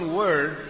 word